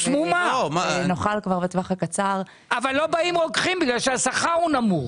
כדי שנוכל בטווח הקצר -- אבל לא באים רוקחים בגלל שהשכר הוא נמוך.